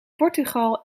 portugal